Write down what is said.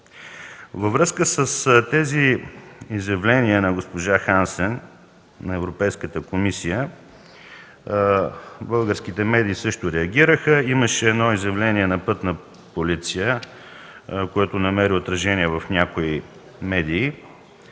Във връзка с тези изявления на госпожа Хансен, на Европейската комисия, българските медии също реагираха. Имаше едно изявление на „Пътна полиция”, което намери отражение в някои медии,